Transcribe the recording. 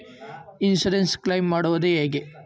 Insurance claim ಮಾಡದು ಹೆಂಗೆ?